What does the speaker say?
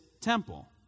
temple